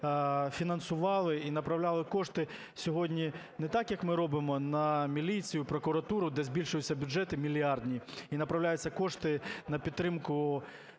фінансували і направляли кошти сьогодні не так, як ми робимо, – на міліцію, прокуратуру, де збільшуються бюджети мільярді і направляються кошти на підтримку,